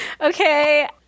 Okay